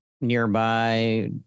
nearby